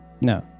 No